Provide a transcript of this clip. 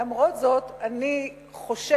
למרות זאת אני חוששת